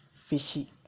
fishy